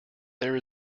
there